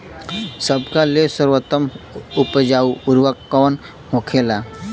सबका ले सर्वोत्तम उपजाऊ उर्वरक कवन होखेला?